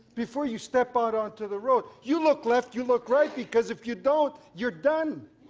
before you step out onto the road you look left you look right because if you don't you're done.